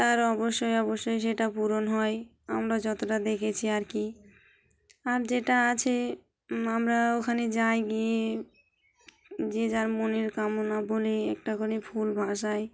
তার অবশ্যই অবশ্যই সেটা পূরণ হয় আমরা যতটা দেখেছি আর কি আর যেটা আছে আমরা ওখানে যাই গিয়ে যে যার মনের কামনা বলে একটা করে ফুল ভাসায়